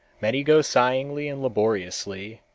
many go singly and laboriously,